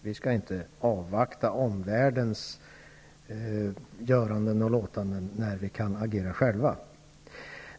Vi skall inte avvakta omvärldens göranden och låtanden när vi kan agera själva.